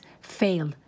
fail